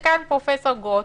בבלפור.